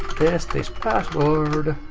this password.